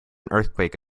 earthquake